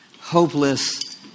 Hopeless